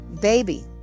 Baby